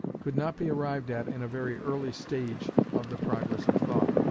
could not be arrived at in a very early stage of the progress of thought.